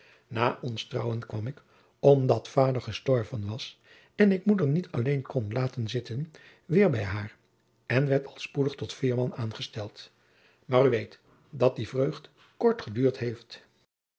na ons trouwen kwam ik omdat vaôder estorven was en ik moeder niet alleen kon laôten zitten weer bij haôr en werd al spoedig tot veerman an esteld maôr oe weet dat die vreugd kort eduurd heeft